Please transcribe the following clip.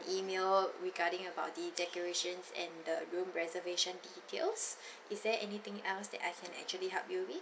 email regarding about the decorations and the room reservation details is there anything else that I can actually help you with